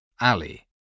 Alley